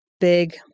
big